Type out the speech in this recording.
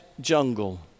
Jungle